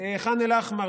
ח'אן אל-אחמר,